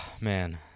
man